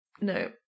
no